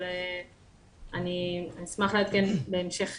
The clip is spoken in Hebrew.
אבל אני אשמח לעדכן בהמשך